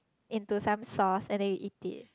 into some sauce and then you eat it